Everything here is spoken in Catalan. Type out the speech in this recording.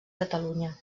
catalunya